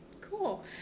Cool